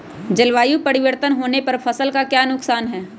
जलवायु परिवर्तन होने पर फसल का क्या नुकसान है?